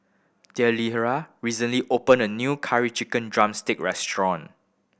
Delilah recently open a new Curry Chicken drumstick restaurant